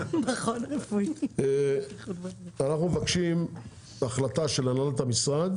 המרב"ד, אנחנו מבקשים החלטה של הנהלת המשרד,